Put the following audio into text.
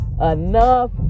enough